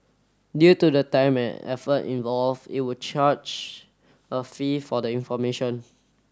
due to the time and effort involve it would charge a fee for the information